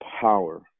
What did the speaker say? power